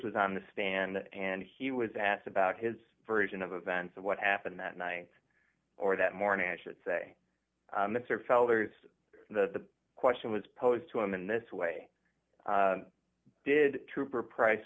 was on the stand and he was asked about his version of events of what happened that night or that morning i should say mr feller's the question was posed to him in this way did trooper price